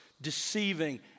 deceiving